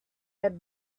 had